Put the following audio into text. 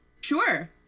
Sure